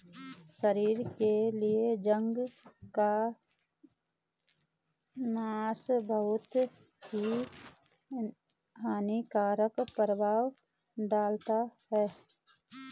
शरीर के लिए गांजे का नशा बहुत ही हानिकारक प्रभाव डालता है